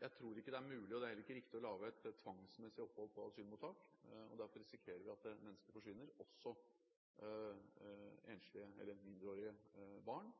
Jeg tror ikke det er mulig – det er heller ikke riktig – å lage tvangsmessige opphold på asylmottak. Derfor risikerer vi at mennesker forsvinner – også enslige mindreårige barn.